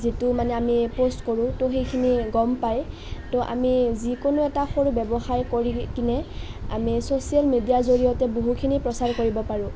যিটো মানে আমি প'ষ্ট কৰোঁ ত' সেইখিনিয়ে গম পায় ত' আমি যিকোনো এটা সৰু ব্যৱসায় কৰি কিনে আমি চ'চিয়েল মিডিয়াৰ জড়িয়তে বহুতখিনি প্ৰচাৰ কৰিব পাৰোঁ